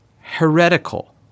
heretical